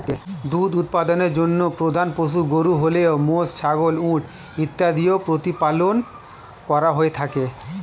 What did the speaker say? দুধ উৎপাদনের জন্য প্রধান পশু গরু হলেও মোষ, ছাগল, উট ইত্যাদিও প্রতিপালন করা হয়ে থাকে